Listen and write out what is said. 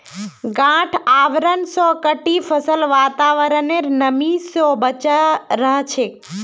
गांठ आवरण स कटी फसल वातावरनेर नमी स बचे रह छेक